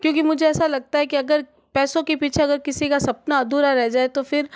क्योंकि मुझे ऐसा लगता है कि अगर पैसो के पीछे अगर किसी का सपना अधूरा रह जाए तो फिर